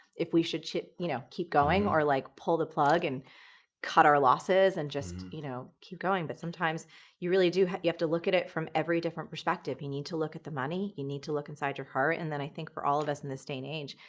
if we should should you know keep going, or like pull the plug and cut our losses, and just you know keep going. but sometimes you really do, you have to look at it from every different perspective. you need to look at the money. you need to look inside your heart. and then i think for all of us in this day and age,